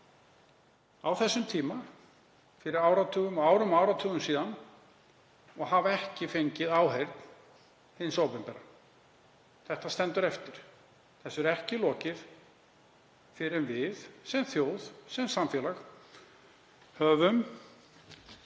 á þessum tíma fyrir árum og áratugum síðan og hafa ekki fengið áheyrn hins opinbera. Þetta stendur eftir. Þessu er ekki lokið fyrr en við sem þjóð, sem samfélag, höfum